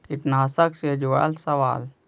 कीटनाशक से जुड़ल सवाल?